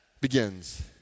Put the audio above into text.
begins